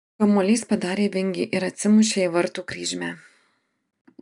kamuolys padarė vingį ir atsimušė į vartų kryžmę